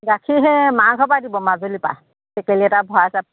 গাখীৰ সেই মাৰ ঘৰৰ পৰাই দিব মাজুলী পৰা টেকেলী এটা ভৰাই তাত